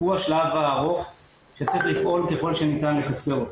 הוא השלב הארוך שצריך לפעול ככל שניתן לקצר אותו.